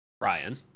Ryan